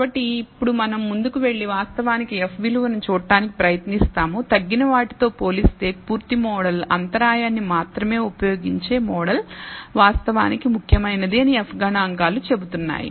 కాబట్టి ఇప్పుడు మనం ముందుకు వెళ్లి వాస్తవానికి F విలువను చూడటానికి ప్రయత్నిస్తాము తగ్గిన వాటితో పోలిస్తే పూర్తి మోడల్ అంతరాయాన్ని మాత్రమే ఉపయోగించే మోడల్ వాస్తవానికి ముఖ్యమైనది అని F గణాంకాలు చెబుతున్నాయి